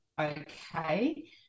okay